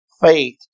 faith